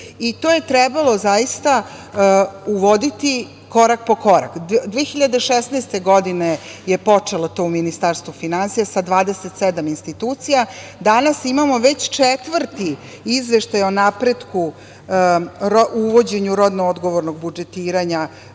MMF.To je trebalo zaista uvoditi korak po korak. Godine 2016. je počelo to u Ministarstvu finansija, sa 27 institucija, danas imamo već četvrti izveštaj o napretku o uvođenju rodno odgovornog budžetiranja